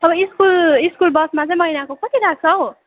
school school बसमा चाहिँ महिनाको कति लाग्छ हौ